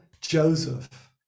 Joseph